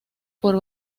por